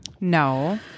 no